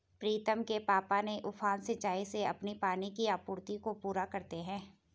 प्रीतम के पापा ने उफान सिंचाई से अपनी पानी की आपूर्ति को पूरा करते हैं